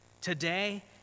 today